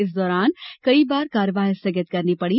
इस दौरान कई बार कार्यवाही स्थगित करना पड़ी